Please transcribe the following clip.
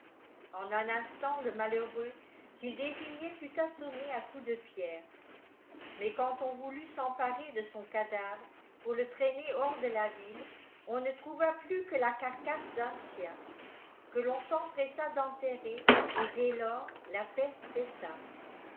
en un instant le malheureux qu'il désignait fut assommé à coups de pierres mais quand on voulut s'emparer de son cada vre pour le traîner hors de la ville on ne trouva plus que la carcasse d'un chien que l'on s'empressa d'enterrer et dès lors la peste cessa